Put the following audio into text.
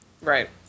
Right